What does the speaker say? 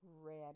Red